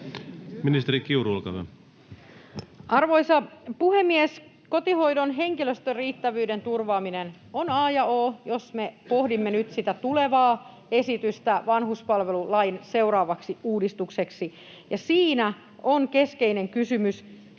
Time: 16:21 Content: Arvoisa puhemies! Kotihoidon henkilöstön riittävyyden turvaaminen on a ja o, jos me pohdimme nyt sitä tulevaa esitystä vanhuspalvelulain seuraavaksi uudistukseksi. Siinä on keskeinen kysymys,